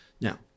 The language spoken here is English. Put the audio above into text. Now